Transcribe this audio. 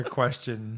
question